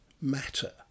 matter